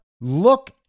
look